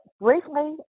briefly